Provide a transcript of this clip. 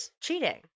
cheating